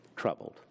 troubled